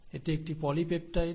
এটি একটি পলিপেপটাইড